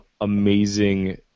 amazing